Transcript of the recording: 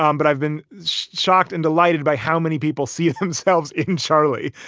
um but i've been shocked and delighted by how many people see themselves in charlie.